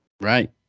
Right